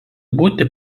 būti